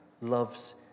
loves